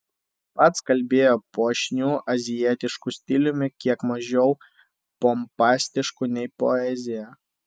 pats kalbėjo puošniu azijietišku stiliumi kiek mažiau pompastišku nei poezija